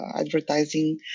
advertising